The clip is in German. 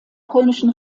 polnischen